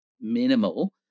minimal